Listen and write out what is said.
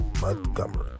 Montgomery